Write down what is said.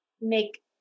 make